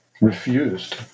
refused